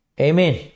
Amen